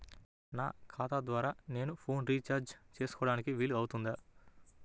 నా ఖాతా ద్వారా నేను ఫోన్ రీఛార్జ్ చేసుకోవడానికి వీలు అవుతుందా?